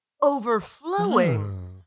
overflowing